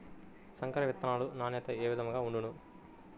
సంకర విత్తనాల నాణ్యత ఏ విధముగా ఉండును?